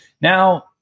Now